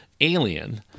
Alien